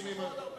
תמשיכו עוד הרבה.